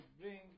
bring